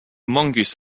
mongoose